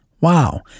wow